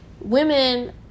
women